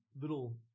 little